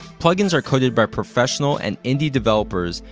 plugins are coded by professional and indie developers,